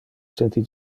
senti